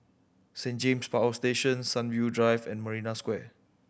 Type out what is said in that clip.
Saint James Power Station Sunview Drive and Marina Square